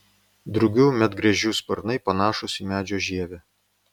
drugių medgręžių sparnai panašūs į medžio žievę